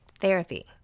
therapy